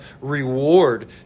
reward